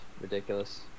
ridiculous